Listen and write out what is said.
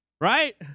right